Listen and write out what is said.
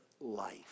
life